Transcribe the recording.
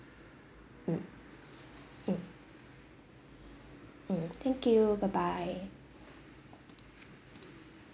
mm mm mm thank you bye bye